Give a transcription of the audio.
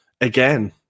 again